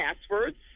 passwords